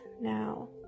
now